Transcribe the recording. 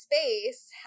space